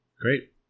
Great